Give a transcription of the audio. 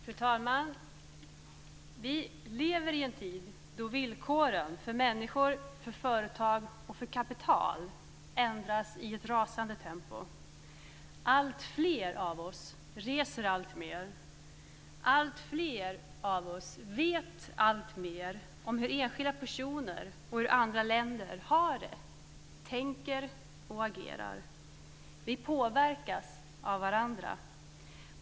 Fru talman! Vi lever i en tid då villkoren för människor, företag och kapital ändras i ett rasande tempo. Alltfler av oss reser allt mer. Alltfler av oss vet alltmer om hur enskilda personer och andra länder har det, tänker och agerar. Vi påverkas av varandra.